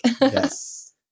Yes